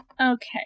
Okay